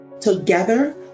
Together